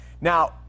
Now